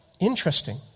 interesting